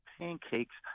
pancakes